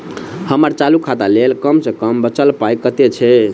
हम्मर चालू खाता लेल कम सँ कम बचल पाइ कतेक छै?